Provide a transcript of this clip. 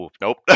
nope